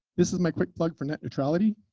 this is my quick plug for net neutrality.